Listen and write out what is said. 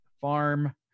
Farm